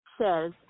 Says